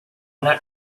not